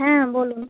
হ্যাঁ বলুন